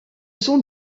sont